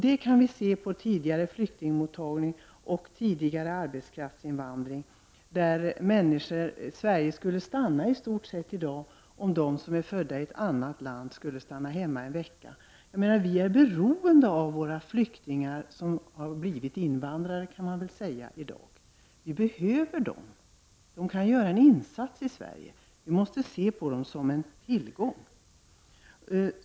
Det kan vi se på tidigare flyktingmottagning och tidigare invandring — Sverige skulle i dag i stort sett stanna om de som är födda i ett annat land skulle stanna hemma en vecka. Vi är beroende av våra flyktingar, som i dag blivit invandrare, kan man väl säga. Vi behöver dem. De gör en insats i Sverige. Vi måste se på dem som en tillgång.